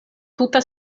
tuta